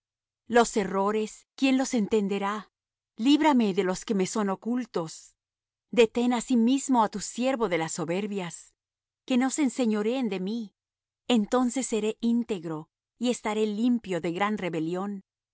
los errores quién los entenderá líbrame de los que me son ocultos detén asimismo á tu siervo de las soberbias que no se enseñoreen de mí entonces seré íntegro y estaré limpio de gran rebelión